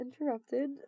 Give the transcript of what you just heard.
interrupted